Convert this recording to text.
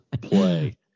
play